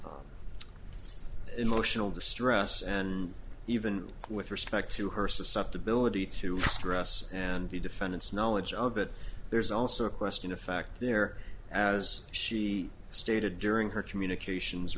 addicks emotional distress and even with respect to her susceptibility to stress and the defendant's knowledge of it there's also a question of fact there as she stated during her communications